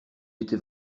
était